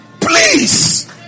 Please